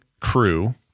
crew